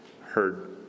heard